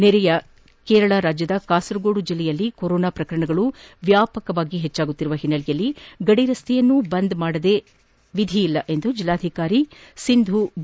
ನೆರೆಯ ಕೇರಳ ರಾಜ್ಯದ ಕಾಸರಗೋಡು ಜಿಲ್ಲೆಯಲ್ಲಿ ಕೊರೊನಾ ಪ್ರಕರಣಗಳು ವ್ಯಾಪಕವಾಗಿ ಹರಡುತ್ತಿರುವ ಹಿನ್ನೆಲೆಯಲ್ಲಿ ಗಡಿ ರಕ್ತೆಯನ್ನು ಬಂದ್ ಮಾಡಲಾಗಿದೆ ಎಂದು ಜಿಲ್ಲಾಧಿಕಾರಿ ಸಿಂಧೂ ಬಿ